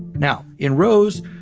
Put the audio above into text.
now, in rose,